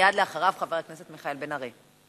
ומייד לאחריו, חבר הכנסת מיכאל בן-ארי.